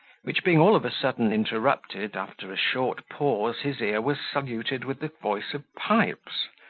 which being all of a sudden interrupted, after a short pause his ear was saluted with the voice of pipes,